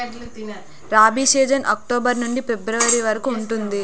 rabi season October నుండి February వరకు ఉంటుంది